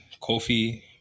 Kofi